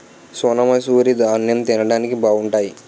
సోనామసూరి దాన్నెం తిండానికి బావుంటాయి